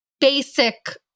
basic